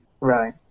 Right